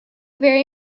very